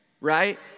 right